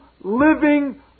living